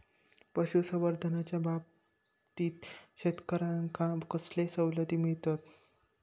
पशुसंवर्धनाच्याबाबतीत शेतकऱ्यांका कसले सवलती मिळतत?